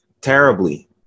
terribly